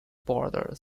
border